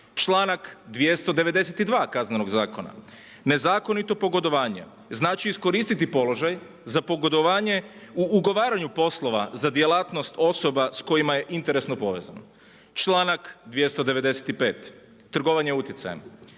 Članak 292. Kaznenog zakona, nezakonito pogodovanje znači iskoristiti položaj za pogodovanje u ugovaranju poslova za djelatnost osoba s kojima je interesno povezano. Članak 295. trgovanje utjecajem,